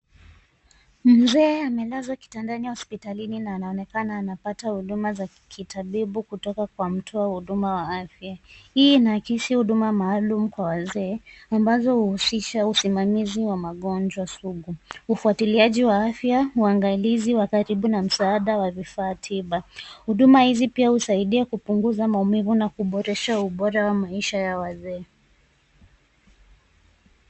Mzee amelazwa kitandani hospitalini na anaonekana anapata huduma za kitabibu kutoka kwa mtoa huduma wa afya. Hii inaakisi huduma maalum kwa wazee ambazo huhusisha usimamizi wa magonjwa sugu, ufuatiliaji wa afya, uangalizi wa karibu na msaada wa vifaa tiba. Huduma hizi pia husaidia kupunguza maumivu na kuboresha ubora wa maisha ya wazee.